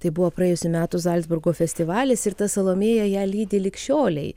tai buvo praėjusių metų zalcburgo festivalis ir ta salomėja ją lydi lig šiolei